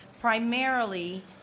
primarily